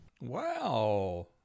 Wow